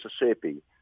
Mississippi